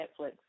Netflix